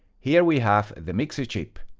here we have the mixer chip.